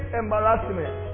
embarrassment